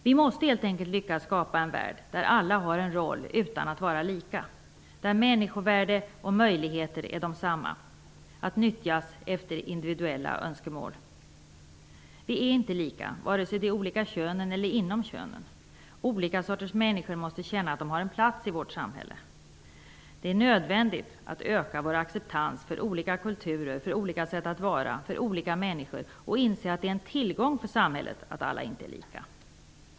Vi måste helt enkelt lyckas skapa en värld där alla har en roll utan att vara lika, där människovärde och möjligheter är desamma och kan nyttjas efter individuella önskemål. Vi är inte lika, vare sig de olika könen eller inom könen. Olika sorters människor måste känna att de har en plats i vårt samhälle. Det är nödvändigt att öka vår acceptans för olika kulturer, för olika sätt att vara och för olika människor och inse att det är en tillgång för samhället att alla inte är lika.